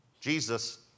Jesus